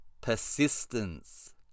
Persistence